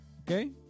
Okay